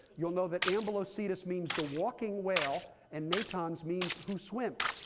you'll know that ambulocetus means the walking whale, and natans means who swims.